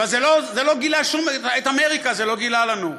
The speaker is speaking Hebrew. אבל את אמריקה זה לא גילה לנו.